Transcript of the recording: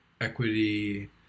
equity